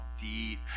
deep